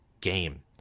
game